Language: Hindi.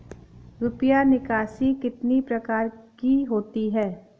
रुपया निकासी कितनी प्रकार की होती है?